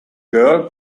girl